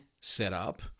setup